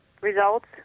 results